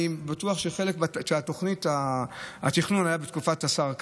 אני בטוח שהתכנון היה בתקופת השר כץ,